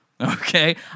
okay